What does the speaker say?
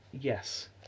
Yes